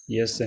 Yes